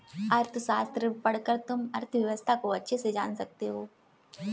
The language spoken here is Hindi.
अर्थशास्त्र पढ़कर तुम अर्थव्यवस्था को अच्छे से जान सकते हो